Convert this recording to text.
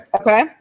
Okay